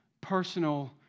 personal